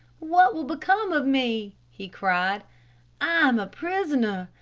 what will become of me? he cried. i am a prisoner.